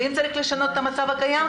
ואם צריך לשנות את המצב הקיים,